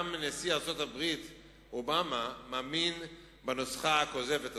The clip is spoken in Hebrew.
גם נשיא ארצות-הברית אובמה מאמין בנוסחה הכוזבת הזאת,